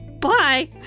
bye